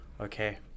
okay